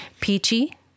peachy